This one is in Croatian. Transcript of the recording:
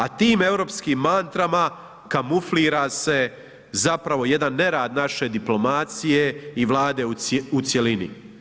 A tim europskim mantrama kamuflira se zapravo jedan nerad naše diplomacije i Vlade u cjelini.